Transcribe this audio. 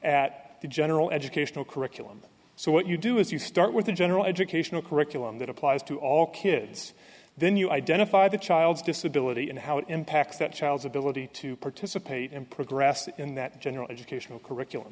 at the general educational curriculum so what you do is you start with a general educational curriculum that as to all kids then you identify the child's disability and how it impacts that child's ability to participate and progress in that general educational curriculum